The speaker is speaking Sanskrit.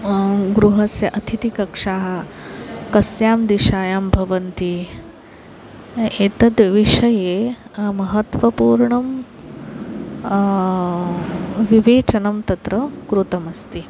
गृहस्य अतिथिकक्षाः कस्यां दिश्यां भवन्ति एतद्विषये महत्वपूर्णं विवेचनं तत्र कृतमस्ति